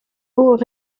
haut